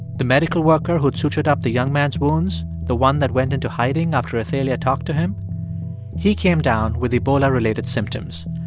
the medical worker who'd sutured up the young man's wounds the one that went into hiding after athalia talked to him he came down with ebola-related symptoms.